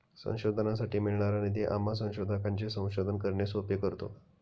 संशोधनासाठी मिळणारा निधी आम्हा संशोधकांचे संशोधन करणे सोपे करतो